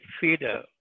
feeder